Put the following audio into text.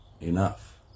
enough